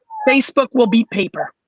facebook will be paper.